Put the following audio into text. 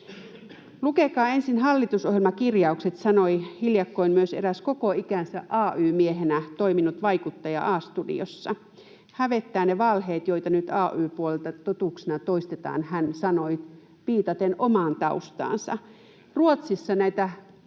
”Lukekaa ensin hallitusohjelmakirjaukset”, sanoi hiljakkoin myös eräs koko ikänsä ay-miehenä toiminut vaikuttaja A-studiossa. ”Hävettää ne valheet, joita nyt ay-puolelta totuuksina toistetaan”, hän sanoi viitaten omaan taustaansa. Ruotsissa näitä